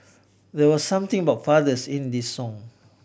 there was something about fathers in this song